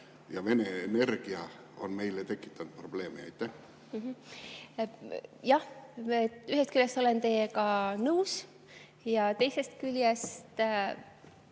ja Vene energia on meile tekitanud probleeme. Jah, ühest küljest olen teiega nõus ja teisest küljest